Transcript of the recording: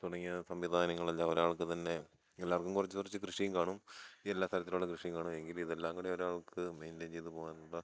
തുടങ്ങിയ സംവിധാനങ്ങളെല്ലാം ഒരാൾക്ക് തന്നെ എല്ലാവർക്കും കുറച്ച് കുറച്ച് കൃഷിയും കാണും ഈ എല്ലാ സ്ഥലത്തിലുള്ള കൃഷിയും കാണും എങ്കിലും ഇതെല്ലാം കൂടി ഒരാൾക്ക് മെയ്ൻ്റെയിൻ ചെയ്തു പോകാനുള്ള